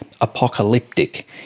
apocalyptic